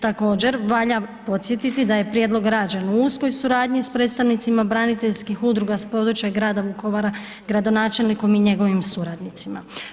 Također valja podsjetiti da je prijedlog rađen u uskoj suradnji s predstavnicima braniteljskih udruga s područja Grada Vukovara, gradonačelnikom i njegovim suradnicima.